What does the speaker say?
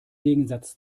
gegensatz